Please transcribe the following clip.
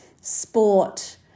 sport